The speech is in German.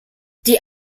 die